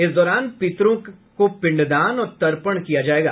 इस दौरान पितरों को पिंडदान और तर्पण किया जायेगा